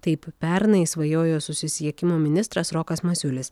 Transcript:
taip pernai svajojo susisiekimo ministras rokas masiulis